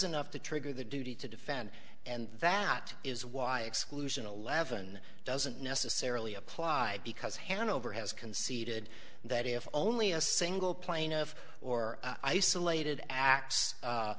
enough to trigger the duty to defend and that is why exclusion eleven doesn't necessarily apply because hanover has conceded that if only a single plane of or isolated act